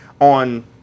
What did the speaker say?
on